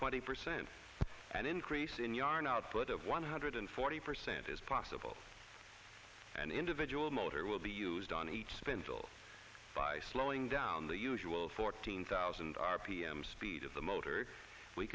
twenty percent and increase in yarn output of one hundred forty percent is possible and individual motor will be used on each spindle by slowing down the usual fourteen thousand r p m speed of the motor we